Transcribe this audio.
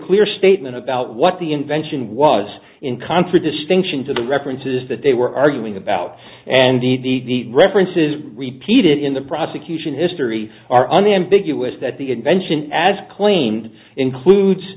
clear statement about what the invention was in contradistinction to the references that they were arguing about and the need the references repeated in the prosecution history are unambiguous that the invention as claimed includes